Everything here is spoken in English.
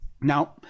Now